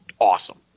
awesome